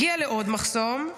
הגיע לעוד מחסום.